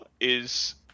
is-